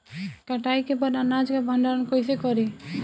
कटाई के बाद अनाज का भंडारण कईसे करीं?